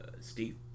Steve